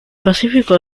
pacífico